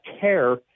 care